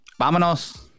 vámonos